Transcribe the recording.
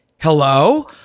Hello